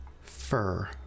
fur